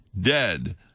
dead